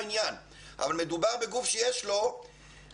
אבל כאן מדובר בגוף שיש לו